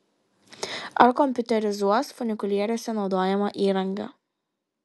ar kompiuterizuos funikulieriuose naudojamą įrangą